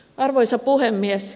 arvoisa puhemies